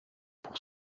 pour